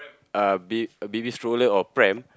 uh bay baby stroller or pram